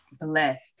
blessed